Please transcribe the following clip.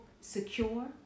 secure